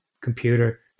computer